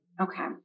Okay